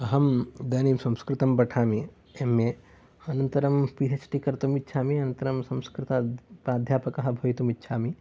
अहम् इदानीं संस्कृतं पठामि एम् ए अनन्तरं पि हेच् डि कर्तुं इच्छामि अनन्तरं संस्कृतप्राध्यापकः भवितुं इच्छामि